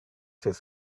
his